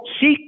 seek